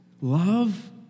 Love